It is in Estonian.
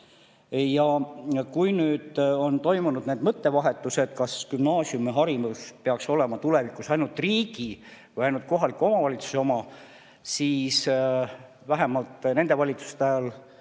Kui on toimunud need mõttevahetused, kas gümnaasiumiharidus peaks olema tulevikus ainult riigi või ainult kohaliku omavalitsuse [vastutada], siis vähemalt nende valitsuste ajal,